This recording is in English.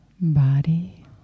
Body